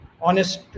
honest